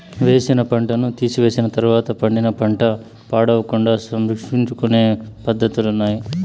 వేసిన పంటను తీసివేసిన తర్వాత పండిన పంట పాడవకుండా సంరక్షించుకొనే పద్ధతులున్నాయి